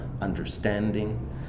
understanding